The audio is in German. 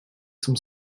zum